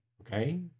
Okay